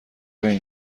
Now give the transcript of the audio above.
این